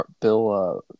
Bill